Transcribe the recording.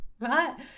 right